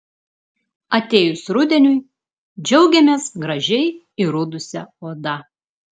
atėjus rudeniui džiaugiamės gražiai įrudusia oda